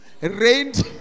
rained